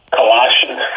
Colossians